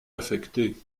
affecté